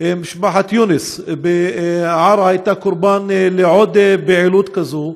משפחת יונס בעארה הייתה קורבן לעוד פעילות כזאת.